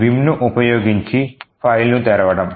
vimను ఉపయోగించి ఫైల్ను తెరవడం